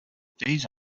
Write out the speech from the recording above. these